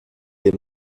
des